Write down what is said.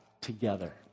together